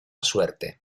suerte